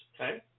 Okay